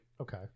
Okay